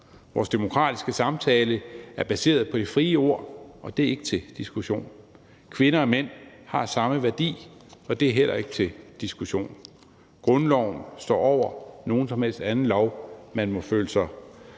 Vores demokratiske samtale er baseret på det frie ord, og det er ikke til diskussion. Kvinder og mænd har samme værdi, og det er heller ikke til diskussion. Grundloven står over en hvilken som helst anden lov, man måtte føle sig